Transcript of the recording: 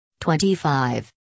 25